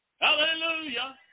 Hallelujah